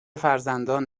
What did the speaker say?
فرزندان